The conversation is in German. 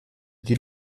die